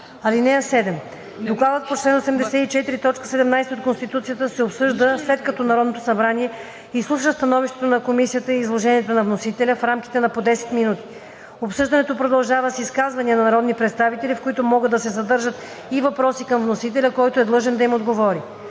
(7) Докладът по чл. 84, т. 17 от Конституцията се обсъжда, след като Народното събрание изслуша становището на комисията и изложението на вносителя в рамките на по 10 минути. Обсъждането продължава с изказвания на народни представители, в които могат да се съдържат и въпроси към вносителя, който е длъжен да им отговори.